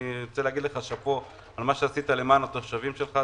אני רוצה להגיד לך שאפו על מה שעשית למען התושבים שלך,